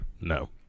No